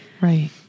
Right